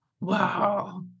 Wow